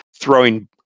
throwing